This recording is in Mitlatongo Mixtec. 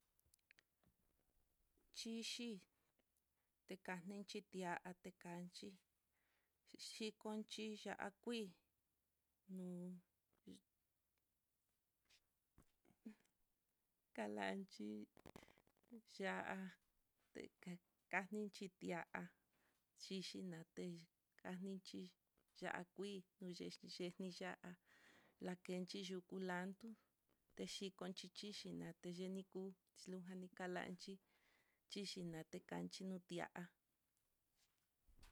Xhixi tekani titia tekanchi, xhikonxhi ya'a kuii, nuu kalanchi ya'a te'e kanixhi ti'a chixhi naté kanixhi ya'a kuii, yexhi xhini ya'a, ndakenchi yuu kulando, xhikochi chixi nate yeni kuu, xhilujan kalanchi chixhi na tekante nuu ti'á.